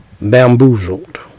bamboozled